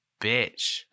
Bitch